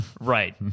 Right